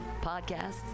podcasts